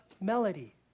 melody